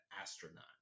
astronaut